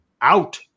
Out